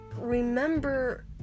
remember